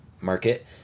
market